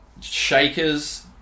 shakers